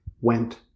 went